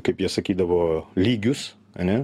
kaip jie sakydavo lygius ane